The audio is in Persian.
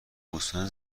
گوسفند